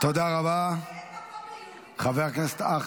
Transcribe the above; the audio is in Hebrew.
אבל למה, לא הבנתי, ואין מקום ליהודים בהר הבית?